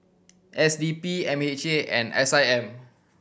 S D P M H A and S I M